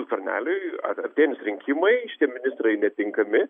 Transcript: skverneliui artėjantys rinkimai šitie ministrai tinkami